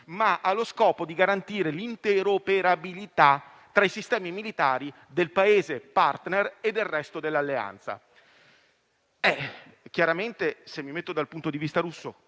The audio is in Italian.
ma ha lo scopo di garantire l'interoperabilità tra i sistemi militari del Paese *partner* e del resto dell'Alleanza. Chiaramente, se mi metto dal punto di vista russo